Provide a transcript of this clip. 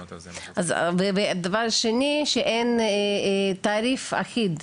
דבר שני שאין תעריף אחיד,